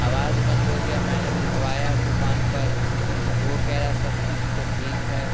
آواز بند ہوگیا میں نے دکھوایا دوکان پر وہ کہہ رہا ہے سب چیز تو ٹھیک ہے